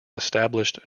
established